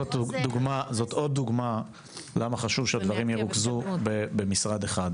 זאת עוד דוגמה למה חשוב שהדברים ירוכזו במשרד אחד,